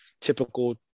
typical